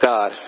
God